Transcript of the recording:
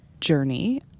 journey